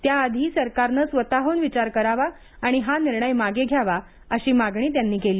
त्याआधी सरकारने स्वतःहून विचार करावा आणि हा निर्णय मागे घ्यावा अशी मागणी त्यांनी केली